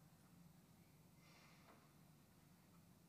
להרע: להפקיע